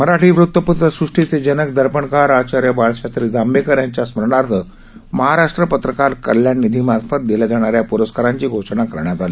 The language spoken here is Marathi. मराठी वृत्तपत्रसृष्टीचे जनक दर्पणकार आचार्य बाळशास्त्री जांभेकर यांच्या स्मरणार्थ महाराष्ट्र पत्रकार कल्याण निधीतर्फे दिल्या जाणाऱ्या पुरस्कारांची घोषणा करण्यात आली